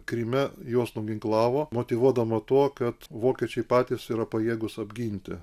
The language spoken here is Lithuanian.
kryme juos nuginklavo motyvuodama tuo kad vokiečiai patys yra pajėgūs apginti